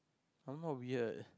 somehow weird